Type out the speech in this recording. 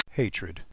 hatred